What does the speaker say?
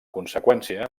conseqüència